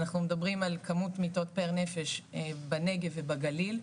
אנחנו מדברים על כמות מיטות פר נפש בנגב ובגליל,